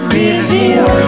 reveal